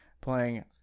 playing